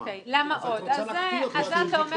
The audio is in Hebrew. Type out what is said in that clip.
אז את רוצה להקפיא אותו עד שתמצאי.